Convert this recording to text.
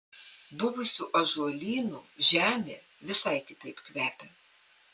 buvusių ąžuolynų žemė visai kitaip kvepia